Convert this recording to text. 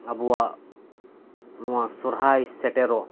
ᱟᱵᱚᱣᱟᱜ ᱱᱚᱶᱟ ᱥᱚᱨᱦᱟᱭ ᱥᱮᱴᱮᱨᱚᱜ